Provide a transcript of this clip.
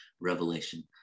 revelation